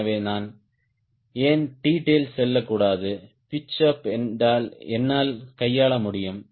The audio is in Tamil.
எனவே நான் ஏன் T tail செல்லக்கூடாது பிட்ச் அப் என்னால் கையாள முடியும்